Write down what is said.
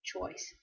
choice